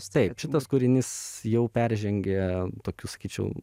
taip šitas kūrinys jau peržengia tokių sakyčiau